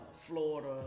Florida